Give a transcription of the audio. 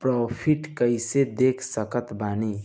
Profit कइसे देख सकत बानी?